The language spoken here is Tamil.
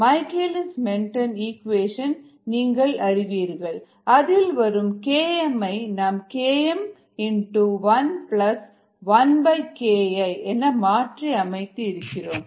மைக்கேலிஸ் மென்டென் ஈக்குவேஷன் vvmSKmS அதில் வரும் Kmஐ நாம் Km1IKIஎன மாற்றி அமைத்து இருக்கிறோம்